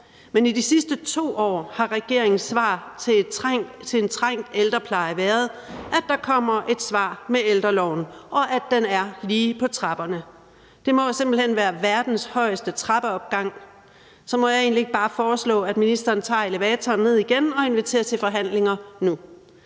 Men i de sidste 2 år har regeringens svar til en trængt ældrepleje været, at der kommer et svar med ældreloven, og at den er lige på trapperne. Det må jo simpelt hen være verdens højeste trappeopgang, så må jeg egentlig ikke bare foreslå, at ministeren tager elevatoren ned igen og inviterer til forhandlinger nu.